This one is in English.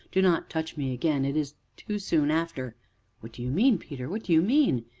do not touch me again it is too soon after what do you mean peter? what do you mean?